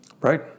Right